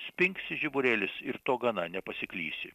spingsi žiburėlis ir to gana nepasiklysi